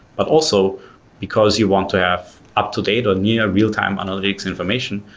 but also because you want to have up-to-date, or near real-time analytics information,